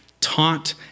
taught